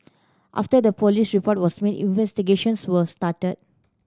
after the police report was made investigations were started